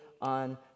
on